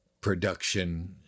production